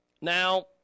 Now